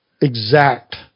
exact